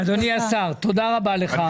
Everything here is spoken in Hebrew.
אדוני השר, תודה רבה לך.